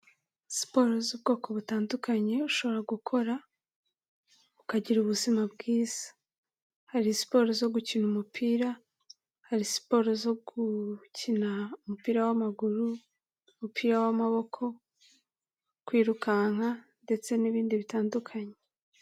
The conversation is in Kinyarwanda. Siporo z'ubwoko butandukanye ushobora gukora ukagira ubuzima bwiza: hari siporo zo gukina umupira, hari siporo zo gukina umupira w'amaguru, umupira w'amaboko, kwirukanka ndetse n'ibindi bitandukanye.